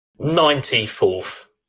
Ninety-fourth